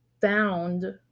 found